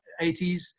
80s